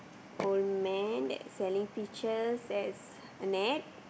old man that's selling peaches there is a net